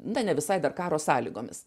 na ne visai dar karo sąlygomis